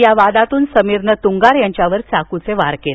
या वादातून समीरने तुंगार यांच्यावर चाकुने वार केले